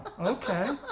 okay